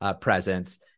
presence